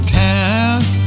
town